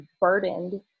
burdened